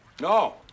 No